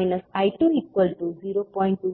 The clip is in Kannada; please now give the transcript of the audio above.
I2 0